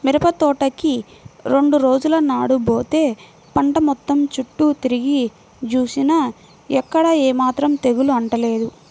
మిరపతోటకి రెండు రోజుల నాడు బోతే పంట మొత్తం చుట్టూ తిరిగి జూసినా ఎక్కడా ఏమాత్రం తెగులు అంటలేదు